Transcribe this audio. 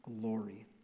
glory